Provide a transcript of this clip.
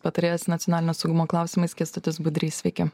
patarėjas nacionalinio saugumo klausimais kęstutis budrys sveiki